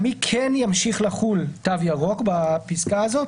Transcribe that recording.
על מי כן ימשיך לחול תו ירוק בפסקה הזאת,